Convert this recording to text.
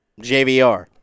JVR